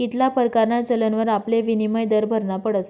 कित्ला परकारना चलनवर आपले विनिमय दर भरना पडस